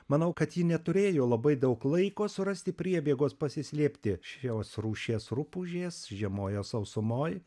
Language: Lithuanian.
manau kad ji neturėjo labai daug laiko surasti priebėgos pasislėpti šios rūšies rupūžės žiemoja sausumoj